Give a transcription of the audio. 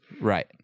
right